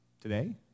Today